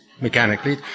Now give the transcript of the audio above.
mechanically